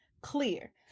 clear